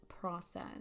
process